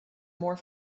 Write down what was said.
more